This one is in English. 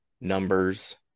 numbers